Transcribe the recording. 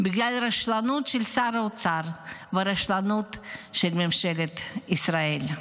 בגלל רשלנות של שר האוצר ורשלנות של ממשלת ישראל.